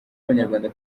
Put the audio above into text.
abanyarwanda